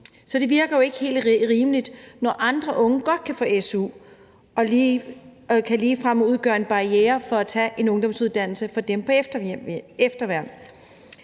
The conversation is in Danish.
Så det virker jo ikke helt rimeligt, når andre unge godt kan få su, og det kan ligefrem udgøre en barriere for, at unge på efterværn